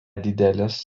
didelės